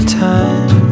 time